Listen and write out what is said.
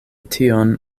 tion